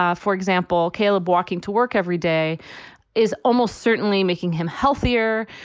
um for example, caleb walking to work every day is almost certainly making him healthier.